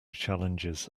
challenges